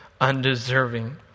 undeserving